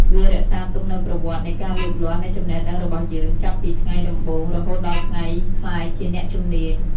វារក្សាទុកនូវប្រវត្តិនៃការលូតលាស់នៃចំណេះដឹងរបស់យើង ចាប់ពីថ្ងៃដំបូងរហូតដល់ថ្ងៃក្លាយជាអ្នកជំនាញ។